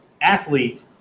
athlete